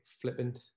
flippant